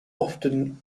often